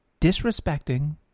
disrespecting